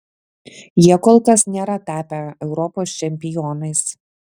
jie kol kas nėra tapę europos čempionais